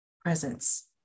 presence